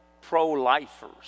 pro-lifers